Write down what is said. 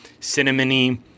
cinnamony